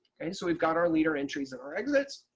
okay? so we've got our leader entries and our exits.